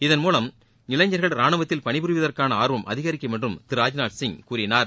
இதன் மூவம் இளைஞர்கள் ரானுவத்தில் பணிபுரிவதற்கான ஆர்வம் அதிகரிக்கும் என்றும் திரு ராஜ்நாத் சிங் கூறினார்